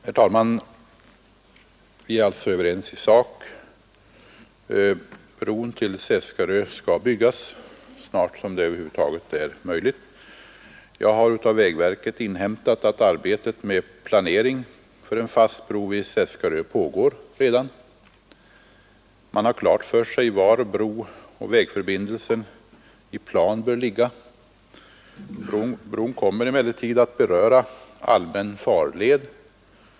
Herr talman! Vi är alltså överens i sak — bron till Seskarö skall byggas så snart det över huvud taget är möjligt. Jag har av vägverket inhämtat att arbetet med planering för en fast bro till Seskarö redan pågår. Man har klart för sig var brooch vägförbindelsen i plan bör ligga. Bron kommer emellertid att beröra allmän farled.